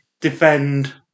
defend